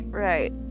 Right